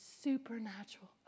supernatural